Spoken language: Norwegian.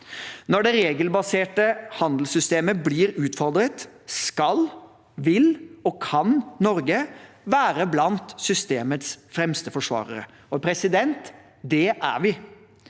Når det regelbaserte handelssystemet blir utfordret, skal, vil og kan Norge være blant systemets fremste forsvarere. Og det er vi